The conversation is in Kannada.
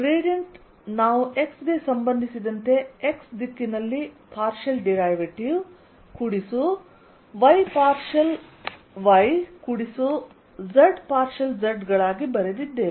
ಗ್ರೇಡಿಯಂಟ್ ನಾವು x ಗೆ ಸಂಬಂಧಿಸಿದಂತೆ x ದಿಕ್ಕಿನಲ್ಲಿ ಪಾರ್ಷಿಯಲ್ ಡಿರೈವೇಟಿವ್ ಕೂಡಿಸು y ಪಾರ್ಷಿಯಲ್ y ಕೂಡಿಸು z ಪಾರ್ಷಿಯಲ್ z ಗಳಾಗಿ ಬರೆದಿದ್ದೇವೆ